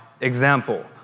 example